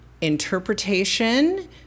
interpretation